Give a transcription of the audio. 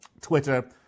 Twitter